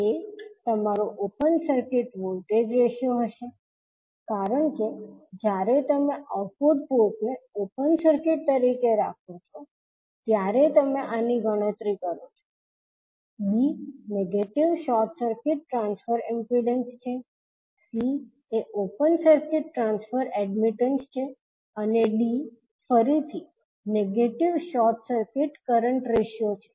A તમારો open circuit voltage ratio હશે કારણ કે જ્યારે તમે આઉટપુટ પોર્ટને ઓપન સર્કિટ તરીકે રાખો છો ત્યારે તમે આની ગણતરી કરો છો B negative short circuit transfer impedance છે C એ ઓપન સર્કિટ ટ્રાન્સફર એડમિટેન્સ છે અને D ફરીથી negative short circuit current ratio છે